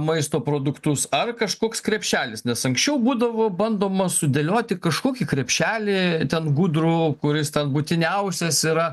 maisto produktus ar kažkoks krepšelis nes anksčiau būdavo bandoma sudėlioti kažkokį krepšelį ten gudrų kuris ten būtiniausias yra